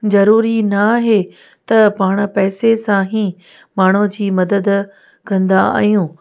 ज़रूरी नाहे त पाण पैसे सां ई माण्हूअ जी मदद कंदा आहियूं